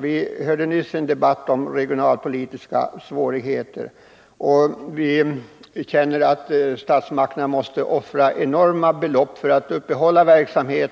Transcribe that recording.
Vi hörde nyss en debatt om regionala svårigheter, och vi vet att statsmakterna måste offra enorma belopp för att uppehålla verksamhet